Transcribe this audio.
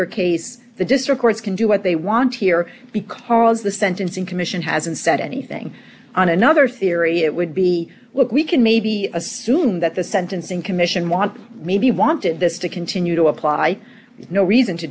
your case the district courts can do what they want here because the sentencing commission hasn't said anything on another theory it would be like we can maybe assume that the sentencing commission wants maybe wanted this to continue to apply no reason to